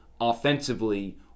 offensively